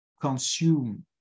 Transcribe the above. consume